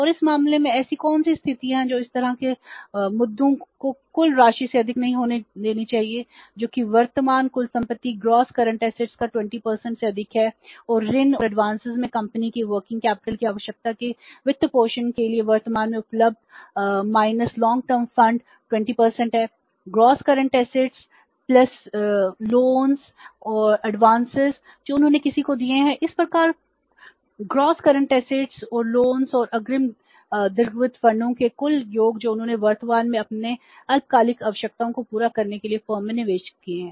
और इस मामले में ऐसी कौन सी स्थितियाँ हैं जो इस तरह के मुद्दों की कुल राशि से अधिक नहीं होनी चाहिए जो कि वर्तमान कुल संपत्ति का 20 जो भी कम है